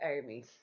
Army